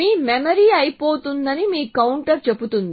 మీ memory అయిపోతోందని మీ counter చెబుతుంది